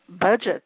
budget